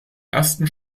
ersten